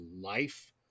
life